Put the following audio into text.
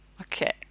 Okay